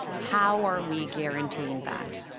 how are we guaranteeing that?